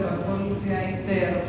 בהיתר,